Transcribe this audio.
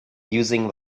using